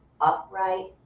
upright